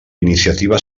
iniciativa